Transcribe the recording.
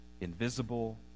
invisible